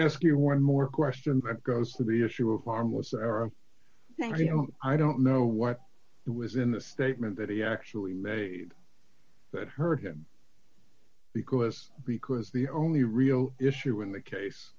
ask you one more question that goes to the issue of harmless error i think you know i don't know what it was in the statement that he actually made that hurt him because because the only real issue in the case